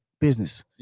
business